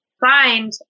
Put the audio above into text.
find